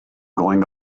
going